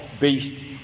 based